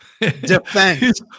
defense